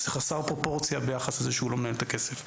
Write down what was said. זה חסר פרופורציה ביחס לזה שהוא לא מנהל את הכסף.